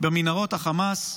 במנהרות החמאס.